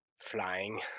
flying